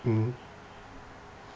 mmhmm